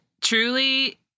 truly